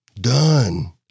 done